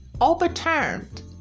overturned